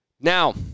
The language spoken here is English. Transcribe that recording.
Now